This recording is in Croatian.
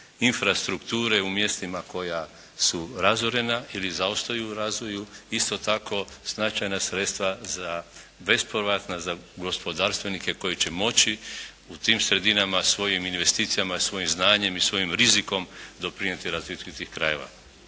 infrastrukture u mjestima koja su razorena ili zaostaju u razvoju. Isto tako, značajna sredstva bespovratna za gospodarstvenike koji će moći u tim sredinama svojim investicijama i svojim znanjem i svojim rizikom doprinijeti razvitku tih krajeva.